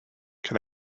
can